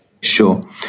Sure